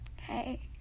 hey